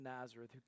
Nazareth